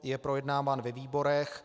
Je projednáván ve výborech.